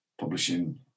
publishing